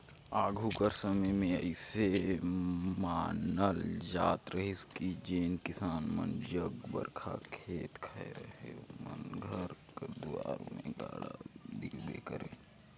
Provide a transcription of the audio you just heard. आघु कर समे मे अइसे मानल जात रहिस कि जेन किसान मन जग बगरा खेत खाएर अहे ओमन घर कर दुरा मे गाड़ा दिखबे करे